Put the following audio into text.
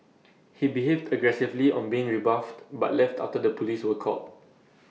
he behaved aggressively on being rebuffed but left after the polices were called